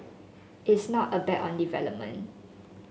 it's not a bet on development